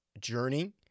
journey